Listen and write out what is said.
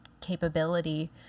capability